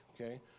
okay